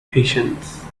patience